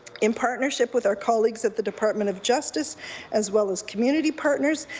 in partnership with our colleagues at the department of justice as well as community partners,